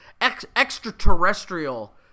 extraterrestrial